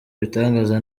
ibitangaza